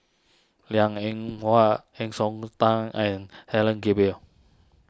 Liang Eng Hwa Heng Siok Tan and Helen Gilbey